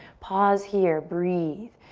pause here, breathe.